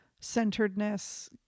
centeredness